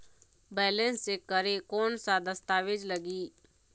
Balance check करें कोन सा दस्तावेज लगी?